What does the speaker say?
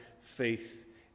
faith